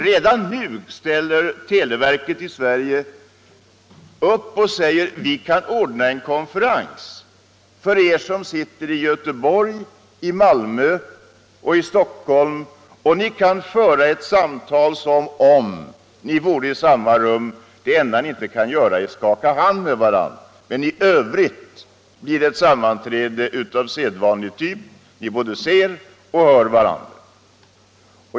Redan nu ställer televerket i Sverige upp och säger: Vi kan ordna en konferens för er som sitter i Göteborg, i Malmö och i Stockholm, och ni kan föra ett samtal som om ni vore i samma rum. Det enda ni inte kan göra är att skaka hand med varandra, men i övrigt blir det ett sammanträde av sedvanlig typ; ni både ser och hör varandra.